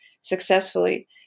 successfully